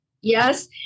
Yes